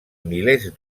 milers